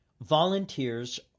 Volunteers